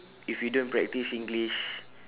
if you don't practice english